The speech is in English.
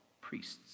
priests